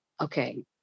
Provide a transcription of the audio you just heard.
okay